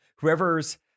Whoever's